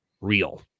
real